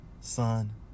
Son